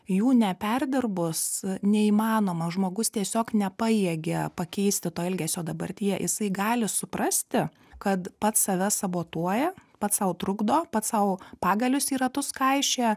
jų neperdirbus neįmanoma žmogus tiesiog nepajėgia pakeisti to elgesio dabartyje jisai gali suprasti kad pats save sabotuoja pats sau trukdo pats sau pagalius į ratus kaišioja